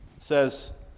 says